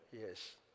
Yes